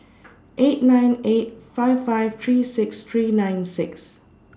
eight nine eight five five three six three nine six